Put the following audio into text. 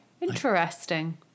interesting